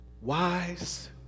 Wise